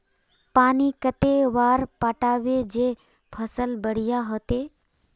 पानी कते बार पटाबे जे फसल बढ़िया होते?